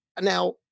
now